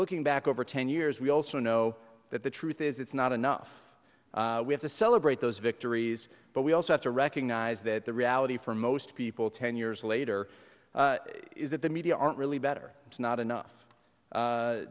looking back over ten years we also know that the truth is it's not enough we have to celebrate those victories but we also have to recognize that the reality for most people ten years later is that the media aren't really better it's not enough